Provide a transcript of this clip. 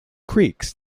creeks